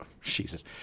Jesus